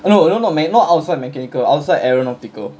oh no no not mech not outside mechanical outside aeronautical